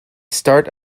start